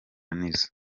nizo